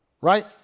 right